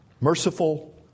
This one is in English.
merciful